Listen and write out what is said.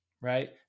right